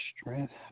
strength